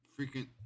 freaking